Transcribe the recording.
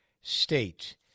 State